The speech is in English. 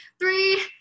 Three